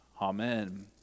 Amen